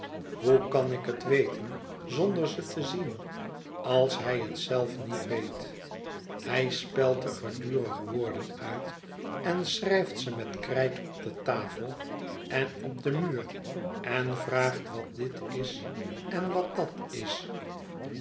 hoe kan ik het weten zonder ze te zien als hij het zelf niet weet hij spelt er gedurig woorden uit en schrijft ze met krijt op de tafel en op den muur en vraagt wat dit is en wat dat is